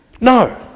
No